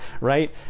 right